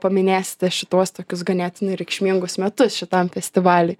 paminėsite šituos tokius ganėtinai reikšmingus metus šitam festivaliui